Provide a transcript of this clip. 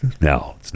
No